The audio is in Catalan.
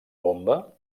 bomba